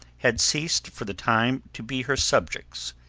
had ceased for the time to be her subjects,